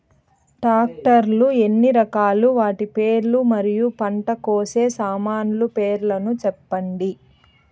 Tractor లు ఎన్ని రకాలు? వాటి పేర్లు మరియు పంట కోసే సామాన్లు పేర్లను సెప్పండి?